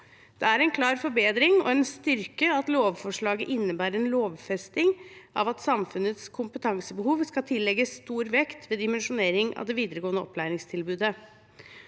Det er en klar forbedring og en styrke at lovforslaget innebærer en lovfesting av at samfunnets kompetanse behov skal tillegges stor vekt ved dimensjoneringen av det videregående opplæringstilbudet.